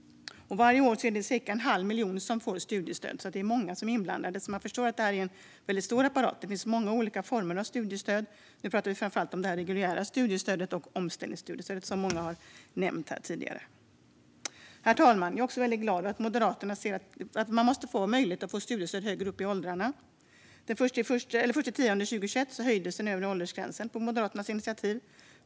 Varje år får omkring en halv miljon studiestöd. Många är inblandade, och man förstår att det är en stor apparat. Det finns många olika former av studiestöd. Nu pratar jag framför allt om det reguljära studiestödet och omställningsstudiestödet, som många har nämnt tidigare. Herr talman! Jag är också glad över det blir möjligt att få studiestöd högre upp i åldrarna. Den 1 oktober 2021 höjdes den övre åldersgränsen på Moderaternas initiativ.